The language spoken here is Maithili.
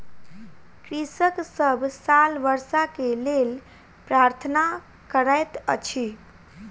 कृषक सभ साल वर्षा के लेल प्रार्थना करैत अछि